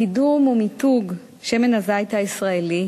קידום ומיתוג שמן הזית הישראלי,